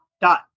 dot